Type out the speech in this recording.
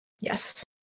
Yes